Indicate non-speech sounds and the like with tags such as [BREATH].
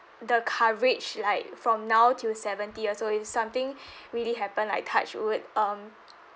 the coverage like from now till seventy years old if something [BREATH] really happen I touch wood um